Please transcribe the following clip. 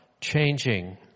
changing